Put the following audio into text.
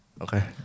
Okay